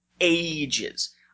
ages